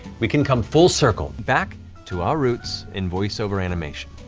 we can come full circle back to our roots in voiceover animation.